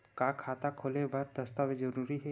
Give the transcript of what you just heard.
का खाता खोले बर दस्तावेज जरूरी हे?